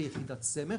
כיחידת סמך.